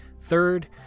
Third